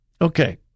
Okay